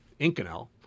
Inconel